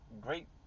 great